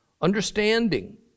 understanding